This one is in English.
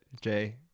Jay